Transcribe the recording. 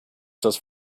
just